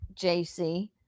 jc